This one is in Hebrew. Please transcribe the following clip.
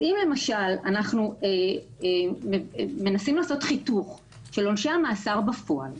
אם למשל אנחנו מנסים לעשות חיתוך של עונשי המאסר בפועל,